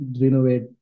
renovate